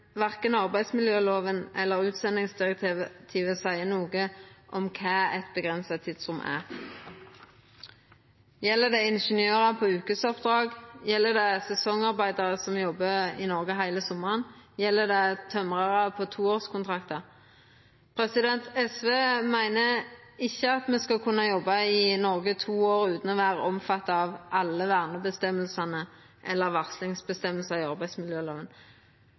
arbeidsmiljølova eller utsendingsdirektivet seier noko om kva eit avgrensa tidsrom er. Gjeld det ingeniørar på vekesoppdrag, gjeld det sesongarbeidarar som jobbar i Noreg heile sommaren, gjeld det tømrarar på toårskontraktar? SV meiner ikkje at ein skal kunna jobba i Noreg i to år utan å vera omfatta av alle verneføresegner eller varslingsføresegner i